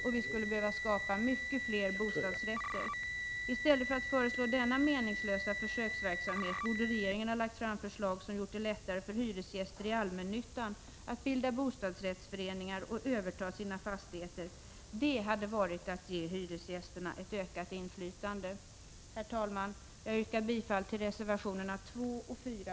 Och vi skulle behöva skapa mycket fler bostadsrätter. I stället för att föreslå denna meningslösa försöksverksamhet borde regeringen ha lagt fram förslag som gjort det lättare för hyresgäster i allmännyttan att bilda bostadsrättsföreningar och överta sina fastigheter. Det hade varit att ge hyresgästerna ett ökat inflytande. Herr talman! Jag yrkar bifall till reservationerna 2 och 4.